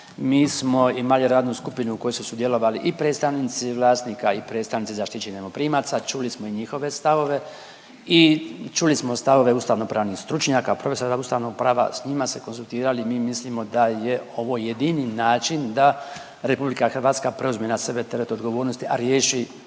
Mi smo imali radnu skupinu u kojoj su sudjelovali i predstavnici vlasnika i predstavnici zaštićenih najmoprimaca, čuli smo i njihove stavove i čuli smo stavove ustavnopravnih stručnjaka, profesora ustavnog prava, s njima se konzultirali i mi mislimo da je ovo jedini način da RH preuzme na sebe teret odgovornosti, a riješi